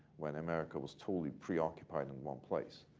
when america was totally preoccupied in one place.